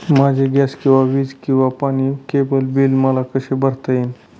माझे गॅस किंवा वीज किंवा पाणी किंवा केबल बिल मला कसे भरता येईल?